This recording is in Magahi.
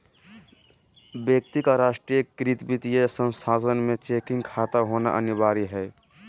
व्यक्ति का राष्ट्रीयकृत वित्तीय संस्थान में चेकिंग खाता होना अनिवार्य हइ